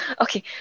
okay